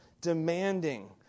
demanding